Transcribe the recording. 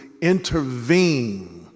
intervene